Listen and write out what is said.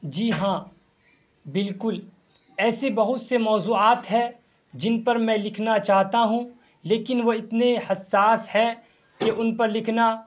جی ہاں بالکل ایسے بہت سے موضوعات ہیں جن پر میں لکھنا چاہتا ہوں لیکن وہ اتنے حساس ہیں کہ ان پر لکھنا